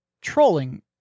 trolling